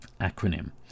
acronym